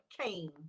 came